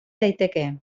daiteke